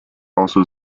also